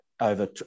over